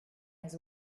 his